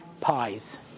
pies